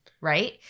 Right